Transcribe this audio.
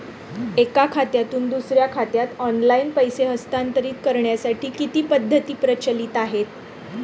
एका खात्यातून दुसऱ्या बँक खात्यात ऑनलाइन पैसे हस्तांतरित करण्यासाठी किती पद्धती प्रचलित आहेत?